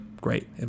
great